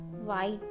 white